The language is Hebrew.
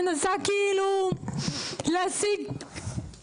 מנסה להשיג עובד זר.